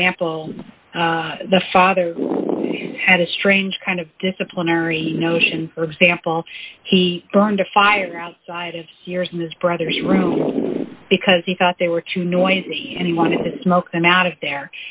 example the father had a strange kind of disciplinary notion for example he burned a fire outside of years in his brother's room because he thought they were too noisy and he wanted to smoke them out of there